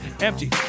empty